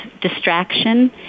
distraction